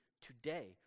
today